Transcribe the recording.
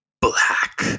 black